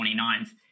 29th